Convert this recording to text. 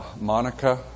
Monica